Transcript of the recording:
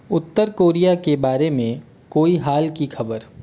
उत्तर Korea के बारे में कोई हाल की खबर